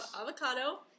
avocado